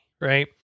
right